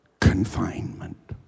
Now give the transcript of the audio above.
confinement